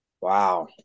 Wow